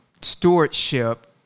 stewardship